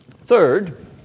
Third